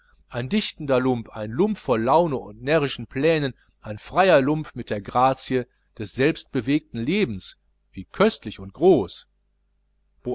ein dichtender lump ein lump voll laune und närrischen plänen ein freier lump mit der grazie des selbst bewegten lebens wie köstlich und groß